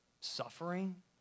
Suffering